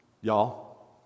y'all